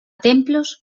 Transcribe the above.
templos